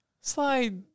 slide